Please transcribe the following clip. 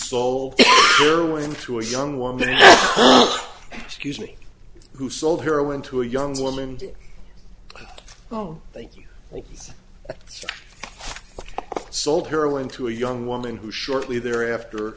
way into a young woman accusing who sold heroin to a young woman oh thank you sold heroin to a young woman who shortly thereafter